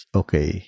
okay